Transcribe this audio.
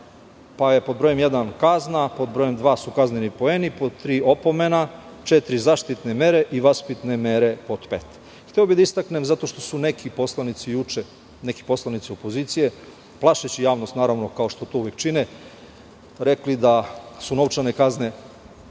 pa je pod brojem 1) kazna, pod brojem 2) su kazneni poeni, pod 3) opomena, 4) zaštitne mere i 5) vaspitne mere. Hteo bih da istaknem zato što su neki poslanici opozicije juče, plašeći javnost, naravno kao što to uvek čine, rekli da su novčane kazne